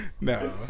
no